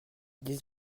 dix